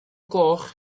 gloch